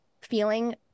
feeling